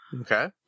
Okay